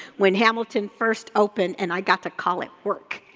when hamilton first opened and i got to call it work.